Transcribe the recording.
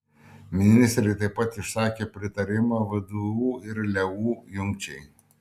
ministrė taip pat išsakė pritarimą vdu ir leu jungčiai